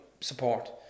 support